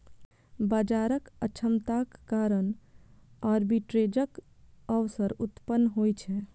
बाजारक अक्षमताक कारण आर्बिट्रेजक अवसर उत्पन्न होइ छै